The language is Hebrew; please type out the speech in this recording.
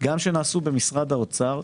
גם שנעשו במשרד האוצר,